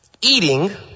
Eating